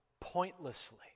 pointlessly